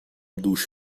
دوش